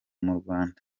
murwanda